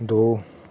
ਦੋ